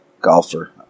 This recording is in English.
golfer